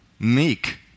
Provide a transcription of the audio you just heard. Meek